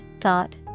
thought